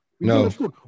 No